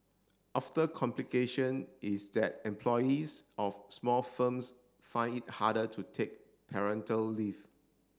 after complication is that employees of small firms find it harder to take parental leave